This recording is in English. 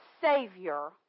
Savior